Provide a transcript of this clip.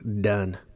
done